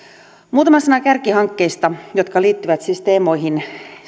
muutama sana kärkihankkeista jotka liittyvät siis teemoihin